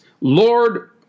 Lord